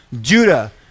Judah